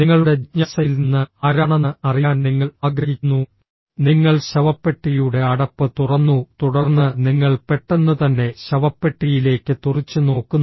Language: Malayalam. നിങ്ങളുടെ ജിജ്ഞാസയിൽ നിന്ന് ആരാണെന്ന് അറിയാൻ നിങ്ങൾ ആഗ്രഹിക്കുന്നു നിങ്ങൾ ശവപ്പെട്ടിയുടെ അടപ്പ് തുറന്നു തുടർന്ന് നിങ്ങൾ പെട്ടെന്നുതന്നെ ശവപ്പെട്ടിയിലേക്ക് തുറിച്ചുനോക്കുന്നു